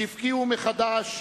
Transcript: שהבקיעו מחדש,